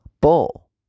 Bull